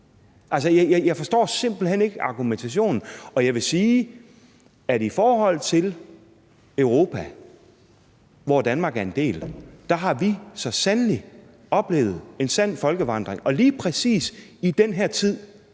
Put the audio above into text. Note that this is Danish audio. jeg forstår simpelt hen ikke argumentationen, og jeg vil sige, at vi i forhold til Europa, som Danmark er en del af, så sandelig har oplevet en sand folkevandring, og lige præcis i den her tid,